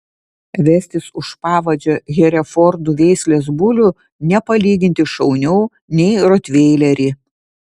vestis už pavadžio herefordų veislės bulių nepalyginti šauniau nei rotveilerį